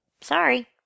Sorry